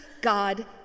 God